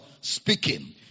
speaking